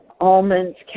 almonds